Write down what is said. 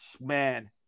man